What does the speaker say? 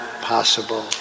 possible